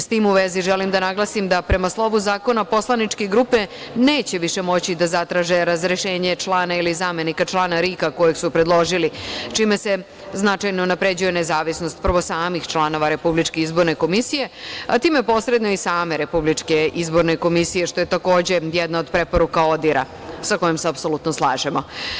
S tim u vezi želim da naglasim da prema slovu zakona poslaničke grupe neće više moći da zatraže razrešenje člana ili zamenika člana RIK kojeg su predložili, čime se značajno unapređuje nezavisnost, prvo samih članova RIK, a time posredno i same RIK, što je jedna od preporuka ODIR-a sa kojom se apsolutno slažemo.